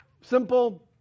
simple